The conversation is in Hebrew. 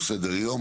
יש לנו סדר יום.